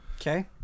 Okay